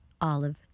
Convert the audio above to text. olive